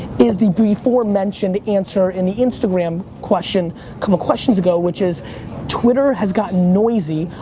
is the before mentioned answer in the instagram question couple questions ago which is twitter has gotten noisy.